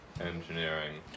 engineering